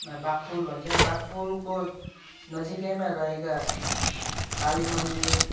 बाघपुल भन्छ बाघपुलको नजिकैमा रहेका कालि मन्दिर